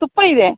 ತುಪ್ಪ ಇದೆ